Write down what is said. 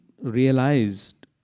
realized